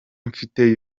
mfite